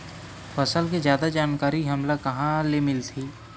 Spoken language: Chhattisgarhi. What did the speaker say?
फसल के जादा जानकारी हमला कहां ले मिलही?